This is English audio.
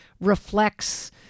reflects